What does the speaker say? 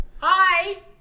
Hi